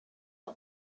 not